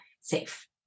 safe